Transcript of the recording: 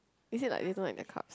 is it like this in the cup